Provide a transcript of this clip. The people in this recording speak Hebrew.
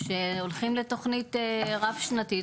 והתקבלה החלטה שהולכים לתוכנית רב שנתית,